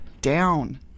down